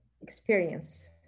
experience